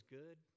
good